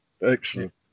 excellent